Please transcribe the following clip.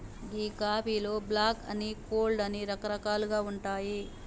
గీ కాఫీలో బ్లాక్ అని, కోల్డ్ అని రకరకాలుగా ఉంటాయి